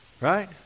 right